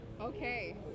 Okay